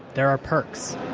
there are perks.